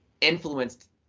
influenced